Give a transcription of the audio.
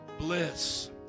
Bliss